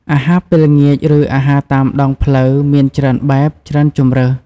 អាហារពេលល្ងាច ឬ អាហារតាមដងផ្លូវមានច្រើនបែប ច្រើនជម្រើស។